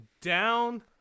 down